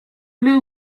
blue